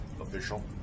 Official